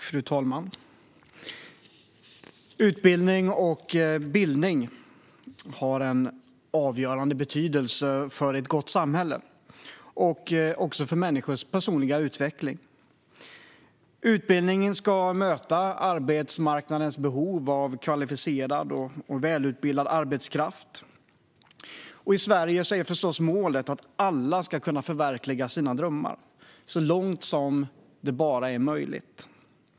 Fru talman! Utbildning och bildning har en avgörande betydelse för ett gott samhälle och för människors personliga utveckling. Utbildning ska också möta arbetsmarknadens behov av kvalificerad och välutbildad arbetskraft. I Sverige är givetvis målet att alla ska kunna förverkliga sina drömmar så långt det bara är möjligt.